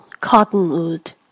Cottonwood